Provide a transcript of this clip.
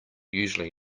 usually